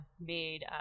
made